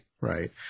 right